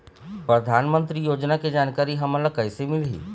परधानमंतरी योजना के जानकारी हमन ल कइसे मिलही?